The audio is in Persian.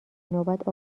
نوبت